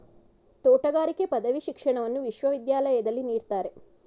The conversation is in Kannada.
ತೋಟಗಾರಿಕೆ ಪದವಿ ಶಿಕ್ಷಣವನ್ನು ವಿಶ್ವವಿದ್ಯಾಲಯದಲ್ಲಿ ನೀಡ್ತಾರೆ